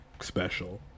special